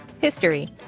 History